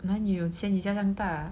哪里有钱你家这样大